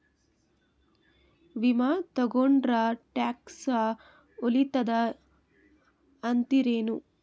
ವಿಮಾ ತೊಗೊಂಡ್ರ ಟ್ಯಾಕ್ಸ ಉಳಿತದ ಅಂತಿರೇನು?